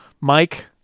Mike